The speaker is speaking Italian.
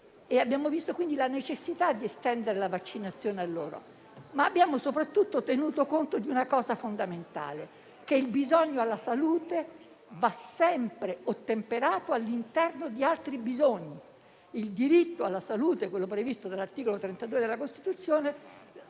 abbiamo visto quindi la necessità di estendere la vaccinazione anche a loro, ma soprattutto abbiamo tenuto conto di una cosa fondamentale: il bisogno di salute va sempre ottemperato all'interno di altri bisogni. Il diritto alla salute, previsto dall'articolo 32 della Costituzione,